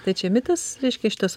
tai čia mitas reiškia šitos